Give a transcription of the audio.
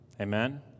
Amen